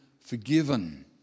forgiven